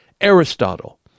Aristotle